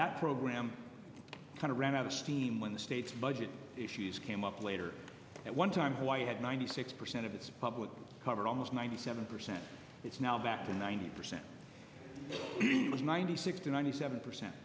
that program kind of ran out of steam when the state's budget issues came up later at one time while you had ninety six percent of its public covered almost ninety seven percent it's now back to ninety percent ninety six to ninety seven percent